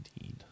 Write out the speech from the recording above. indeed